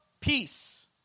peace